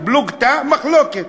פלוגתא, מחלוקת.